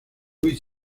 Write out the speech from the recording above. luis